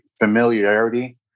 familiarity